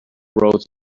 road